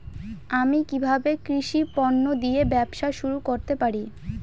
আমি কিভাবে কৃষি পণ্য দিয়ে ব্যবসা শুরু করতে পারি?